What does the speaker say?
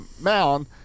mound